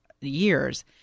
years